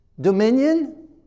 dominion